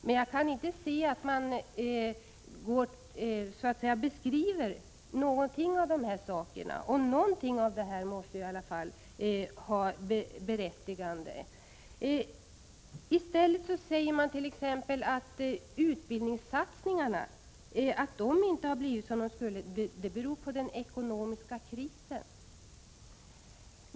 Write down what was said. Men jag kan inte se att man beskriver någon av de här sakerna. Någonting av det här måste i varje fall ha ett berättigande. I stället säger man t.ex. att satsningarna på utbildning inte har blivit som det var avsett och att det beror på den ekonomiska krisen.